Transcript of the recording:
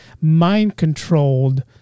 mind-controlled